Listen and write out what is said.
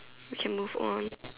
we can move on